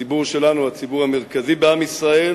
הציבור שלנו הוא הציבור המרכזי בעם ישראל,